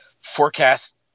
forecast